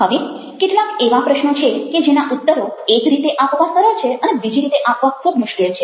હવે કેટલાક એવા પ્રશ્નો છે કે જેના ઉત્તરો એક રીતે આપવા સરળ છે અને બીજી રીતે આપવા ખૂબ મુશ્કેલ છે